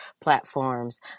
platforms